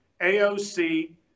AOC